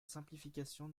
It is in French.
simplification